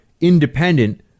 independent